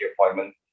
appointment